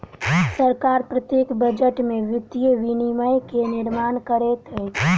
सरकार प्रत्येक बजट में वित्तीय विनियम के निर्माण करैत अछि